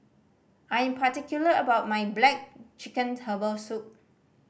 I am particular about my black chicken herbal soup